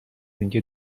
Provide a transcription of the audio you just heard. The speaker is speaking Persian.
اینکه